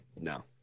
No